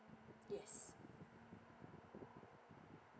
yes